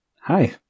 hi